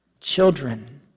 Children